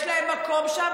יש להם מקום שם,